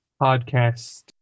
podcast